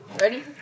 Ready